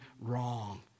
wrong